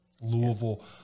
Louisville